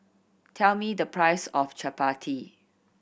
tell me the price of Chapati